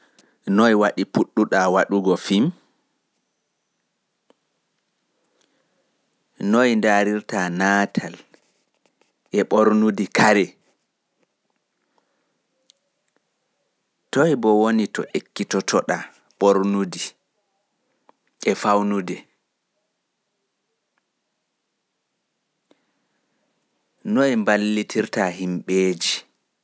Noe waɗi puɗɗuɗa waɗuki film? Noe ndaarirtanaatal e ɓornudi kare? To ekkitotoɗa ɓornudi e fawnude maɗa? Noe mballitirta himɓeeji kadi?